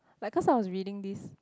like cause I was reading this